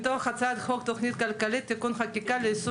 מתוך הצעת חוק התכנית הכלכלית (תיקוני חקיקה ליישום